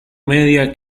media